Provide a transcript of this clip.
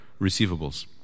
receivables